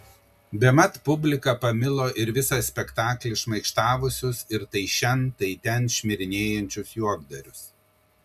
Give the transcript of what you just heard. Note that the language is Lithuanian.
bemat publika pamilo ir visą spektaklį šmaikštavusius ir tai šen tai ten šmirinėjančius juokdarius